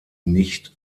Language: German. nicht